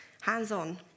hands-on